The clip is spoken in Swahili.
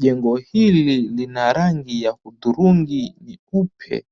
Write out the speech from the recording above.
Jengo hili lina rangi ya hudhurungi nyeupe,